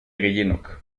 gehienok